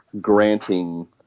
granting